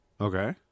okay